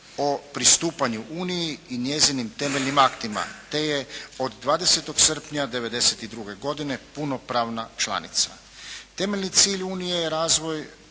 o pristupanju Uniji i njezinim temeljnim aktima te je od 20. srpnja 92. godine punopravna članica. Temeljni cilj unije je razvoj